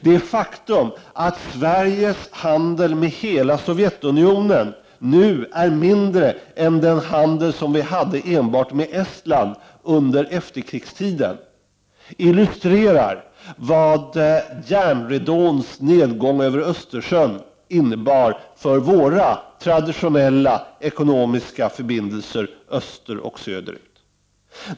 Det faktum att Sveriges handel med hela Sovjetunionen nu är mindre än den handel som vi hade enbart med Estland under efterkrigstiden illustrerar vad järnridåns nedgång över Östersjön innebar för Sveriges traditionella ekonomiska förbindelser österoch söderut.